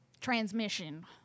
transmission